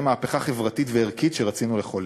את המהפכה החברתית והערכית שרצינו לחולל.